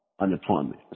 unemployment